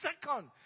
second